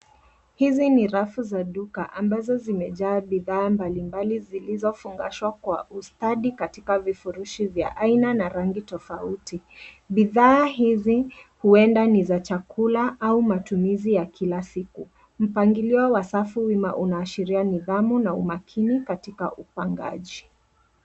Hizi ni rafu za duka ambazo zimejaa bidhaa mbalimbali zilizofungashwa kwa ustadi katika vifurushi vya aina na rangi tofauti. Bidhaa hizi huenda ni za chakula au matumizi ya kila siku. Mpangilio wa safu wima unaashiria nidhamu na umakini katika upangaji.